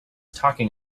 talking